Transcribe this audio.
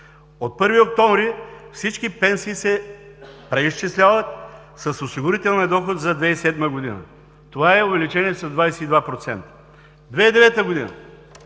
От 1 октомври всички пенсии се преизчисляват с осигурителния доход за 2007 г. Това е увеличение с 22%. През 2009 г.